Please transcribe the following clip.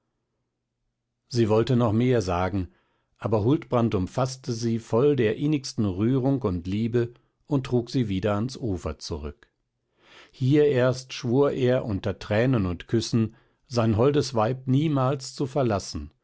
sie wollte noch mehr sagen aber huldbrand umfaßte sie voll der innigsten rührung und liebe und trug sie wieder ans ufer zurück hier erst schwur er unter tränen und küssen sein holdes weib niemals zu verlassen